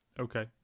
Okay